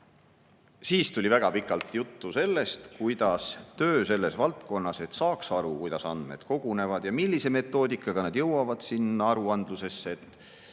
Siis tuli väga pikk jutt sellest, kuidas [käib] töö selles valdkonnas, et saaks aru, kuidas andmed kogunevad ja millise metoodikaga nad jõuavad aruandlusesse,